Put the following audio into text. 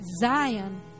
Zion